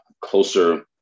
closer